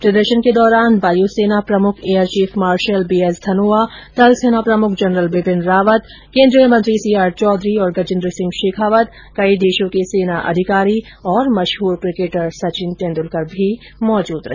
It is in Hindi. प्रदर्शन के दौरान वायुसेना प्रमुख air chief marshal BS Dhanoa थल सेना प्रमुख जनरल विपिन रावत केन्द्रीय मंत्री सीआर चौधरी और गजेन्द्र सिंह शेखावत कई देशों के सेना अधिकारी और मशहूर क्रिकेटर सचिन तेंदुलकर भी मौजूद रहे